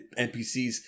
NPCs